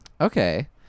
Okay